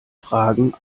fragen